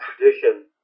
tradition